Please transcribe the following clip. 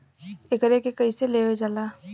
एकरके कईसे लेवल जाला?